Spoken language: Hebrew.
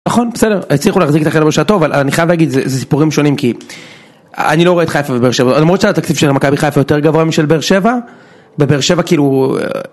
נכון בסדר, הצליחו להחזיק את החבל שלה טוב, אבל אני חייב להגיד, זה סיפורים שונים, כי אני לא רואה את חיפה בבאר שבע, למרות שהתקציב של מכבי חיפה יותר גבוה משל באר שבע, בבאר שבע כאילו...